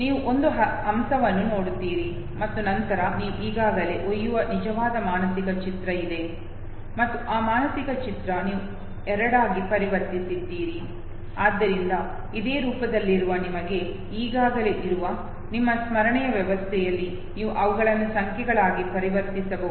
ನೀವು ಒಂದು ಹಂಸವನ್ನು ನೋಡುತ್ತೀರಿ ಮತ್ತು ನಂತರ ನೀವು ಈಗಾಗಲೇ ಒಯ್ಯುವ ನಿಜವಾದ ಮಾನಸಿಕ ಚಿತ್ರ ಇದೆ ಮತ್ತು ಆ ಮಾನಸಿಕ ಚಿತ್ರ ನೀವು ಎರಡಾಗಿ ಪರಿವರ್ತಿಸಿದ್ದೀರಿ ಆದ್ದರಿಂದ ಇದೇ ರೂಪಗಳಲ್ಲಿರುವ ನಿಮ್ಮೊಂದಿಗೆ ಈಗಾಗಲೇ ಇರುವ ನಿಮ್ಮ ಸ್ಮರಣೆ ವ್ಯವಸ್ಥೆಯಲ್ಲಿ ನೀವು ಅವುಗಳನ್ನು ಸಂಖ್ಯೆಗಳಾಗಿ ಪರಿವರ್ತಿಸಬಹುದು